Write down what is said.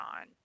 on